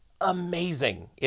amazing